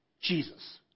Jesus